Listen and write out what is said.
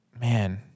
Man